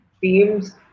teams